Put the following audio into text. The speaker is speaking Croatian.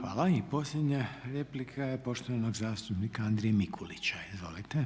**Reiner, Željko (HDZ)** Hvala. I posljednja replika je poštovanog zastupnika Andrije Mikulića. Izvolite.